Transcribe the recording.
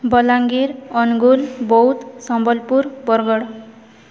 Balangir Angul Boudh Sambalpur Bargarh